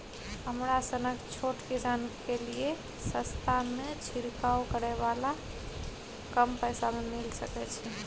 हमरा सनक छोट किसान के लिए सस्ता में छिरकाव करै वाला कम पैसा में मिल सकै छै?